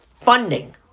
funding